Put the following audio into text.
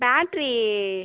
battery